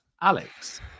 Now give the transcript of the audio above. alex